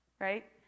right